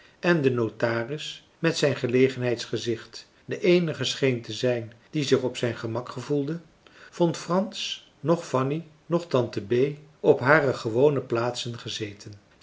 en de notaris met zijn gelegenheidsgezicht de eenige scheen te zijn die zich op zijn gemak gevoelde vond frans noch fanny noch tante bee op hare gewone plaatsen gezeten